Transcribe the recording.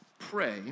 pray